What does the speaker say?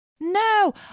No